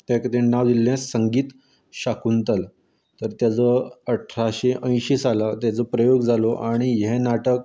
तेका तेणी नांव दिल्लें संगीत शाकुंतल तेजो अठराशे अंयशी सालांत तेजो प्रयोग जालो आनी हें नाटक